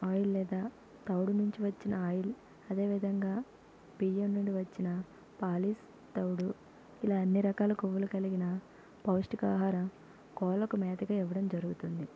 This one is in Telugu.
ఆయిల్ లేదా తవుడు నుంచి వచ్చిన ఆయిల్ అదేవిదంగా బియ్యం నుండి వచ్చిన పాలిష్ తవుడు ఇలా అన్ని రకాల కొవ్వులు కలిగిన పౌష్టికాహార కోళ్ళకు మేతగా ఇవ్వడం జరుగుతుంది